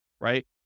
right